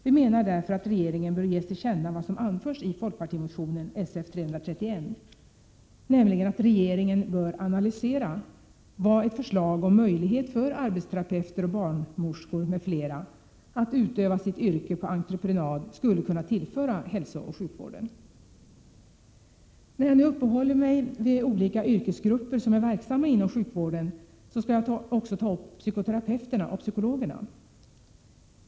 Vi menar därför att regeringen bör ges till känna vad som anförs i folkpartimotion Sf331, dvs. att regeringen skall analysera vad ett förslag om möjlighet för arbetsterapeuter, barnmorskor och andra att utöva sitt yrke på entreprenad skulle kunna tillföra hälsooch sjukvården. När jag nu uppehåller mig vid olika yrkesgrupper som är verksamma inom sjukvården vill jag också ta upp psykoterapeuterna och psykologerna.